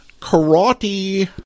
karate